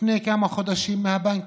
לפני כמה חודשים מהבנקים.